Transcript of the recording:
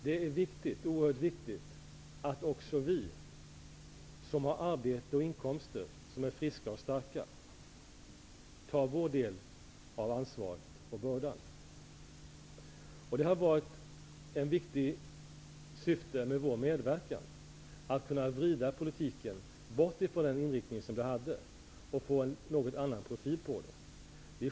Det är oerhört viktigt att också vi som har arbete och inkomster, som är friska och starka, tar vår del av ansvaret för bördan. Ett viktigt syfte med Socialdemokraternas medverkan har varit att vrida politiken bort från den inriktning som den hade, för att skapa en något annan profil.